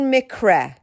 Mikre